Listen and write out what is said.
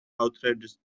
outrageous